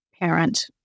parent